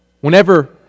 Whenever